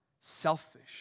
selfish